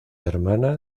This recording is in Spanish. hermana